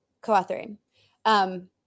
co-authoring